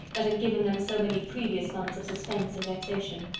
that had given them so many previous months of suspense and vexation.